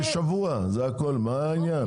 ביבוא מקביל או ביבוא אישי) (הוראת שעה),